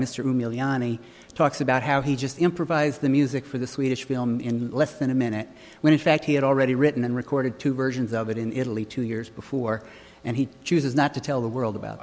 any talks about how he just improvised the music for the swedish film in less than a minute when in fact he had already written and recorded two versions of it in italy two years before and he chooses not to tell the world about